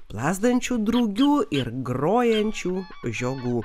plazdančių drugių ir grojančių žiogų